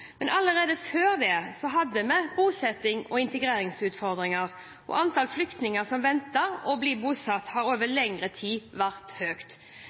men allerede før det hadde vi bosettings- og integreringsutfordringer, og antallet flyktninger som venter på å bli bosatt, har over lengre tid vært høyt.